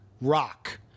rock